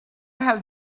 have